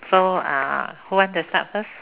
so who want to start first